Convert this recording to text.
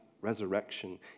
resurrection